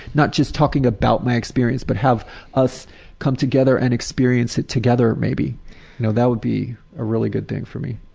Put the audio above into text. not just talking about my experience, but have us come together and experience it together maybe. you know, that would be a really good thing for me.